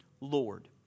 Lord